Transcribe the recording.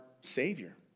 savior